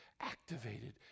activated